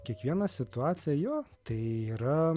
kiekviena situacija jo tai yra